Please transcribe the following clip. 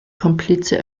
komplize